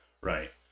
Right